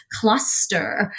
cluster